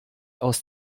aus